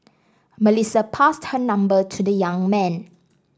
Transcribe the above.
Melissa passed her number to the young man